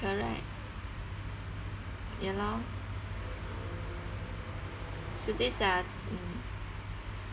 correct ya lor so this are mm